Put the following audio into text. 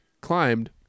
climbed